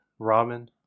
ramen